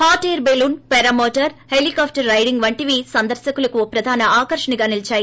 hot air balloon paramotor helicopter riding వంటివి సందర్పకులకు ప్రధాన ఆకర్షణగా నిలిచాయి